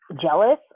jealous